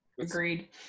Agreed